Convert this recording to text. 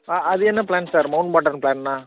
ஆ அது என்ன plan sir Mountbatten ப்ளான்னால்